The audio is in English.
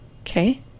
Okay